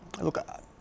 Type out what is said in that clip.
look